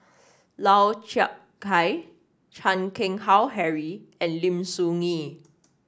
Lau Chiap Khai Chan Keng Howe Harry and Lim Soo Ngee